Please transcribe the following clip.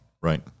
Right